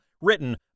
written